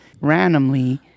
randomly